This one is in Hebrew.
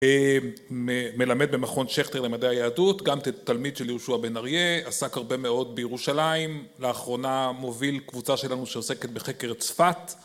מלמד במכון שכטר למדעי היהדות, גם תלמיד של יהושע בן אריה, עסק הרבה מאוד בירושלים, לאחרונה מוביל קבוצה שלנו שעוסקת בחקר צפת.